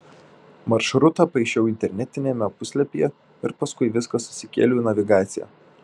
maršrutą paišiau internetiniame puslapyje ir paskui viską susikėliau į navigaciją